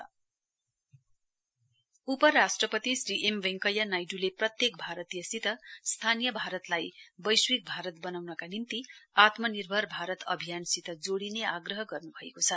भीपी आत्मा निर्भर उपराष्ट्रपति श्री एम वैंकया नाइड्ले प्रत्येक भारतीयसित स्थानीय भारतलाई वैश्विक भारत बनाउनका निम्ति आत्मनिर्भर भारत अभियानसित जोडिने आग्रह गर्न् भएको छ